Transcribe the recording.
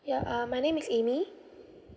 ya uh my name is amy